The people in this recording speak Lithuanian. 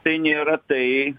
tai nėra tai